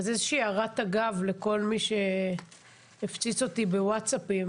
אז איזו שהיא הערת אגב לכל מי שהפציץ אותי בוואטסאפים,